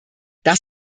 das